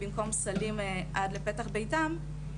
במקום סלים עד לפתח ביתם,